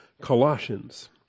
Colossians